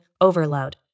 overload